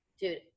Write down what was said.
Dude